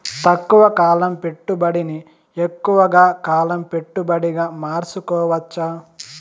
తక్కువ కాలం పెట్టుబడిని ఎక్కువగా కాలం పెట్టుబడిగా మార్చుకోవచ్చా?